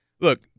Look